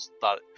thought